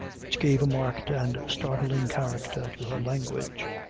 which gave a marked and startling character to her language.